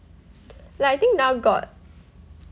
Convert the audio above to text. like I think now got